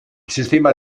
sistema